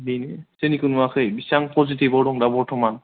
बेनो जोंनिखौ नुवाखै बिसिबां फजिथिभयाव दङ दा बरथ'मान